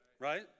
Right